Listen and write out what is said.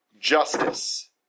justice